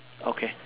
okay